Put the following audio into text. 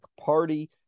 Party